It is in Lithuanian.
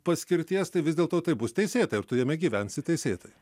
paskirties tai vis dėl to tai bus teisėta ir tu jame gyvensi teisėtai